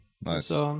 Nice